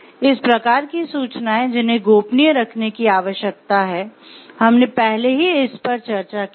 इस प्रकार की सूचनाएं जिन्हें गोपनीय रखने की आवश्यकता है हमने पहले ही इस पर चर्चा की है